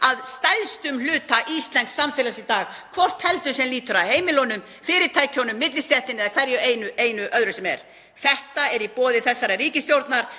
að stærstum hluta íslensks samfélags í dag, hvort heldur sem lýtur að heimilunum, fyrirtækjunum, millistéttinni eða hverju öðru sem er. Þetta er í boði þessarar ríkisstjórnar